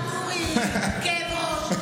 עד עכשיו לוואטורי יש כאב ראש,